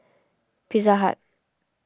Pizza Hut